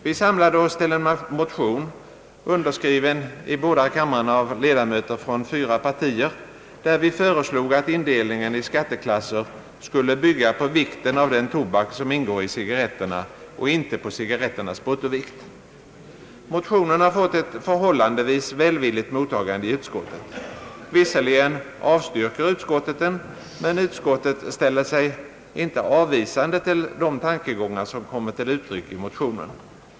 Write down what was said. Vi samlade oss till en motion, underskriven i båda kamrarna av ledamöter från fyra partier, där vi föreslog att indelningen i skatteklasser skulle bygga på vikten av den tobak som ingår i cigarretterna och inte på cigarretternas bruttovikt. Motionen har fått ett förhållandevis välvilligt mottagande i utskottet. Visserligen avstyrker utskottet den, men utskottet ställer sig inte avvisande till de tankegångar som kommit till uttryck i motionen.